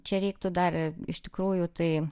čia reiktų dar iš tikrųjų tai